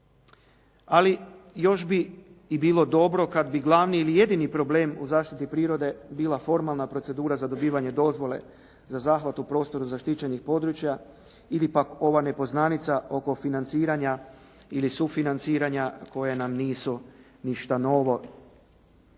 Ali još bi i bilo dobro kad bi glavni ili jedini problem u zaštiti prirode bila formalna procedura za dobivanje dozvole za zahvat u prostoru zaštićenih područja ili pak ova nepoznanica oko financiranja ili sufinanciranja koje nam nisu ništa novo.